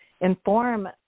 inform